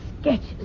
sketches